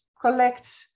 collect